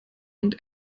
und